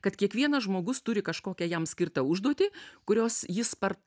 kad kiekvienas žmogus turi kažkokią jam skirtą užduotį kurios jis par